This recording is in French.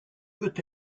peut